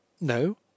No